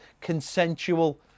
consensual